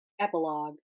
Epilogue